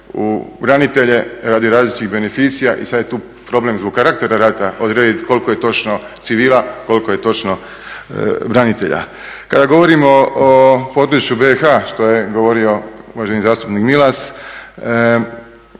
u branitelje radi različitih beneficija i sad je tu problem zbog karaktera rata odrediti koliko je točno civila, koliko je točno branitelja. Kada govorimo o … BiH, što je govorio uvaženi zastupnik Milas,